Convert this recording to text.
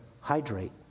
hydrate